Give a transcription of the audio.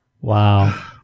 Wow